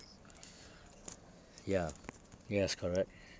ya yes correct